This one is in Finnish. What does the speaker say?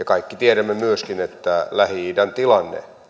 kaikki tiedämme myöskin että lähi idän tilanne